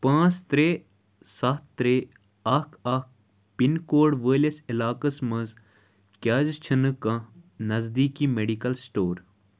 پانٛژھ ترٛےٚ سَتھ ترٛےٚ اکھ اکھ پِن کوڈ وٲلِس عِلاقس مَنٛز کیٛازِ چھِنہٕ کانٛہہ نزدیٖکی میڈیکل سِٹور